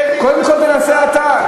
איזה, קודם כול, תנסה אתה.